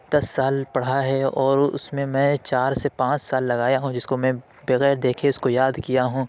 دس سال پڑھا ہے اور اُس میں میں چار سے پانچ سال لگایا ہوں جس کو میں بغیر دیکھے اِس کو یاد کیا ہوں